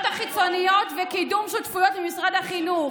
החיצוניות וקידום שותפויות ממשרד החינוך.